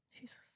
Jesus